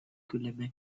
күләме